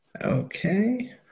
Okay